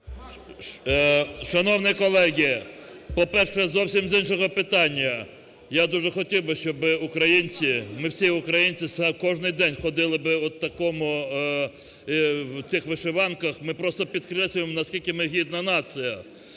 Шановні колеги! По-перше, зовсім з іншого питання, я дуже хотів би, щоб ми українці, ми всі українці кожен день ходили би в цих вишиванках. Ми просто підкреслюємо на скільки ми гідна нація.